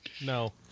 No